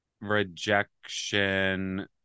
rejection